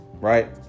right